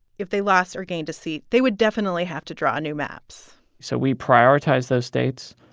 if they lost or gained a seat, they would definitely have to draw new maps so we prioritize those states,